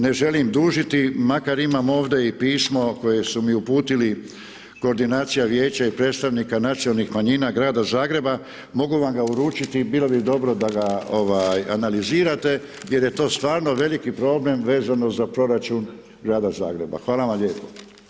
Ne želim dužiti, makar imam ovdje i pismo, koje su mi uputili koordinacija vijeća i predstavnika nacionalnih manjina Grada Zagreba, mogu vam ga uručiti i bilo bi dobro da ga analizirate, jer je to stvarno veliki problem vezano za proračun Grada Zagreba, hvala vam lijepo.